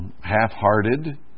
half-hearted